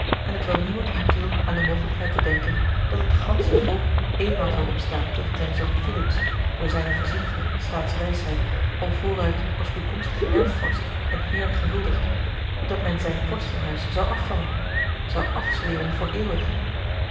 en het wel niemand inviel aan de mogelijkheid te denken dat het gansche volk eenmaal zou opstaan tegen zijn zoon filips door zijne voorzienige staatswijsheid al vooruit als toekomstige erfvorst en heer gehuldigd en dat men zijn vorstenhuis zou afvallen zou afzweren voor eeuwig